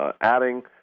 adding